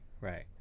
right